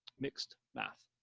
mixed math,